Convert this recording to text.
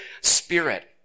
Spirit